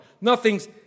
Nothing's